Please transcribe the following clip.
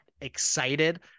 excited